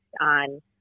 on